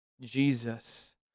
Jesus